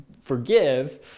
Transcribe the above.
forgive